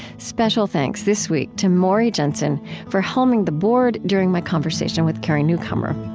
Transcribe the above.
special thanks this week to maury jensen for helming the board during my conversation with carrie newcomer